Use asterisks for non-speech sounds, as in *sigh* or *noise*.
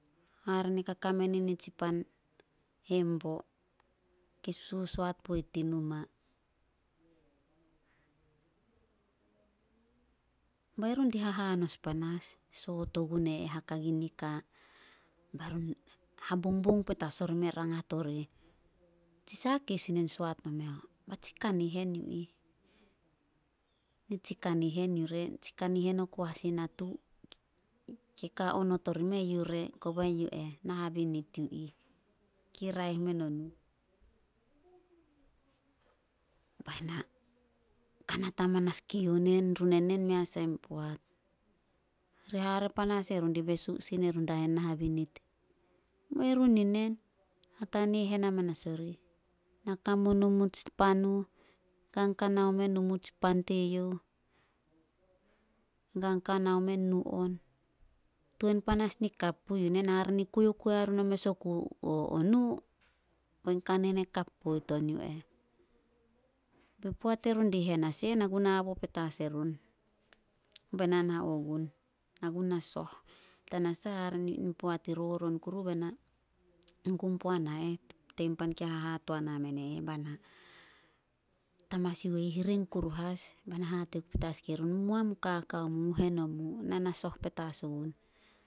Hare ne kakame ni nitsi pan henbo ke sosoat poit dih numa. *unintelligible* Bae run di hahanos panas. Soot ogun e eh, haka gun nika, bae run habungbung petas ori meh run rangat orih, "Tsi sah keis yu nen soat nomeo." "Ba tsi kanihen yu ih. Nitsi kanihen yu re, nitsi kanihen oku as i natu ke ka o not orimeh, yu re koba yu eh, na habinit yu ih ke raeh meno nuh." *unintelligible* Bae na kanat hamanas ge youh enen, run enen mei asah in poat. Ri hare panas erun di besu sin na habinit. Be run yu nen, hatania hen amanas orih. Naka numun tsi pan nuh, kanka na meh numun tsi pan teyouh, ganka nao meh nu on, tuan panas ni kap puh yu nen. Hare ni kui ku yarun o mes oku o- o nu, bain kanihen e kap poit on yu eh. Be poit erun di hen as e eh, na ku nabo petas erun. Be na nao gun, na guna soh. Tanasah hare nin poat i roron kuru *unintelligible* gum poana eh tein pan i hahatoan amen e eh. *unintelligible* Tamasiuh e ih hiring kuru as, be na hate oku petas gue run, "Mu am mu kakao mu, mu hen omu, na na soh petas ogun."